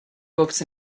books